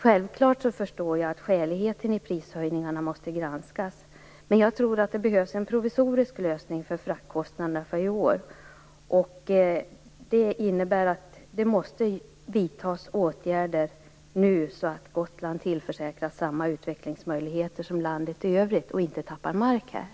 Självfallet förstår jag att skäligheten i prishöjningen måste granskas, men jag tror att det behövs en provisorisk lösning när det gäller fraktkostnaderna för i år. Det innebär att åtgärder måste vidtas nu, så att Gotland tillförsäkras samma utvecklingsmöjligheter som landet i övrigt och inte förlorar mark. Tack!